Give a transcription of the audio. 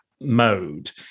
mode